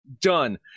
done